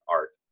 art